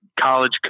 college